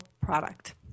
product